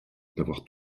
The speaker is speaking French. d’avoir